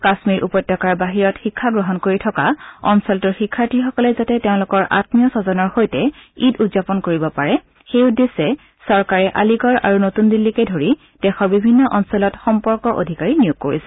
কাশ্মীৰ উপত্যকাৰ বাহিৰত শিক্ষা গ্ৰহণ কৰি থকা অঞ্চলটোৰ শিক্ষাৰ্থীসকলে যাতে তেওঁলোকৰ আম্মীয় স্বজনৰ সৈতে ঈদ উদযাপন কৰিব পাৰে সেই উদ্দেশ্যে চৰকাৰে আলিগড় আৰু নতুন দিল্লীকে ধৰি দেশৰ বিভিন্ন অঞ্চলত সম্পৰ্ক অধিকাৰী নিয়োগ কৰিছে